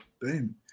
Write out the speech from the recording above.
boom